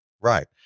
Right